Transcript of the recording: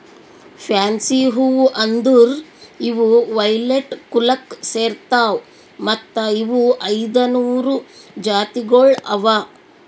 fancy ಹೂವು ಅಂದುರ್ ಇವು ವೈಲೆಟ್ ಕುಲಕ್ ಸೇರ್ತಾವ್ ಮತ್ತ ಇವು ಐದ ನೂರು ಜಾತಿಗೊಳ್ ಅವಾ